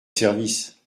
service